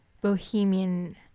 bohemian